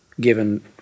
given